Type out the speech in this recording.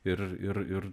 ir ir ir